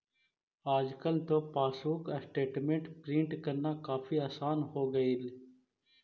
आजकल तो passbook statement print करना काफी आसान हो गईल